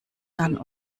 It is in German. dann